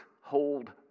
hold